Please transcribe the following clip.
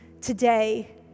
today